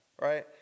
right